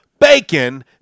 bacon